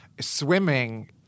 swimming